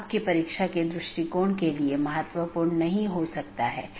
यह मूल रूप से स्केलेबिलिटी में समस्या पैदा करता है